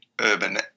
urban